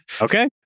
Okay